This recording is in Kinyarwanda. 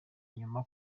inyuma